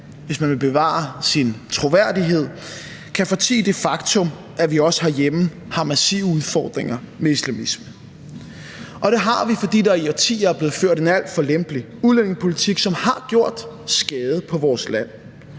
hvis man vil bevare sin troværdighed, kan fortie det faktum, at vi også herhjemme har massive udfordringer med islamisme. Og det har vi, fordi der i årtier er blevet ført en alt for lempelig udlændingepolitik, som har gjort skade på vores land.